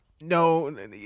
No